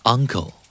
Uncle